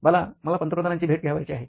बाला मला पंतप्रधानांची भेट घ्यावयाची आहे